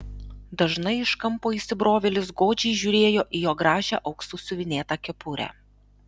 dažnai iš kampo įsibrovėlis godžiai žiūrėjo į jo gražią auksu siuvinėtą kepurę